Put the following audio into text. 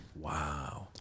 Wow